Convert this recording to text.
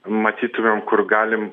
matytumėm kur galim